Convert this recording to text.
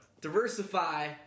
Diversify